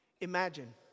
Imagine